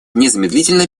незамедлительно